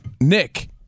Nick